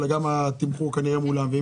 גם התמחור כנראה מולם,